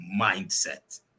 mindset